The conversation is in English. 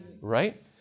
right